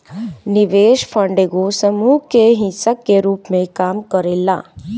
निवेश फंड एगो समूह के हिस्सा के रूप में काम करेला